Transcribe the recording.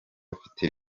afite